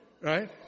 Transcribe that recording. Right